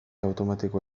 automatiko